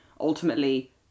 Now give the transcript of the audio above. ultimately